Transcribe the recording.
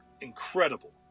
incredible